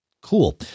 Cool